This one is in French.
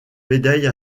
médaille